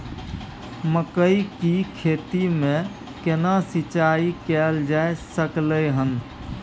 मकई की खेती में केना सिंचाई कैल जा सकलय हन?